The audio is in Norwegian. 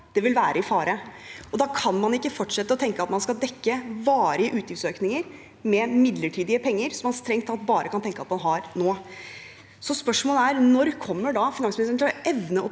vårt, være i fare. Da kan man ikke fortsette å tenke at man skal dekke varige utgiftsøkninger med midlertidige penger som man strengt tatt bare kan tenke at man har nå. Spørsmålet er: Når kommer finansministeren til å evne å